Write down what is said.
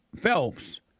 Phelps